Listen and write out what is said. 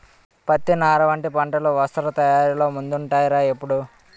పత్తి, నార వంటి పంటలు వస్త్ర తయారీలో ముందుంటాయ్ రా ఎప్పుడూ